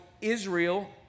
Israel